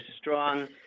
strong